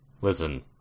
Listen